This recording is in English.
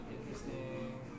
interesting